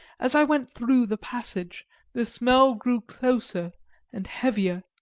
as i went through the passage the smell grew closer and heavier.